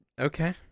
Okay